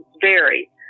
vary